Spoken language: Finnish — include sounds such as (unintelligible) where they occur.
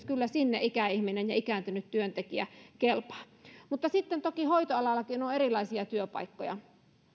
(unintelligible) kyllä sinne ikäihminen ja ikääntynyt työntekijä kelpaa mutta toki hoitoalallakin on erilaisia työpaikkoja